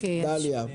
דליה.